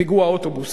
פיגוע האוטובוס,